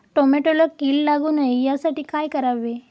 टोमॅटोला कीड लागू नये यासाठी काय करावे?